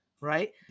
right